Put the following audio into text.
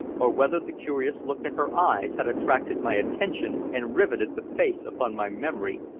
or whether the curious look in her eyes had attracted my attention and riveted the face upon my memory,